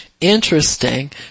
Interesting